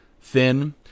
thin